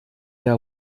der